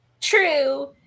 true